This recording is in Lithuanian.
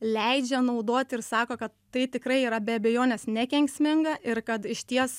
leidžia naudoti ir sako kad tai tikrai yra be abejonės nekenksminga ir kad išties